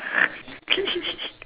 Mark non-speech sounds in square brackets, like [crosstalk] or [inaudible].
[laughs]